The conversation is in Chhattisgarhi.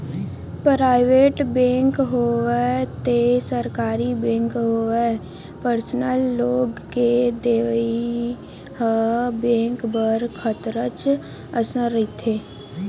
पराइवेट बेंक होवय ते सरकारी बेंक होवय परसनल लोन के देवइ ह बेंक बर खतरच असन रहिथे